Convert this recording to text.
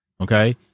Okay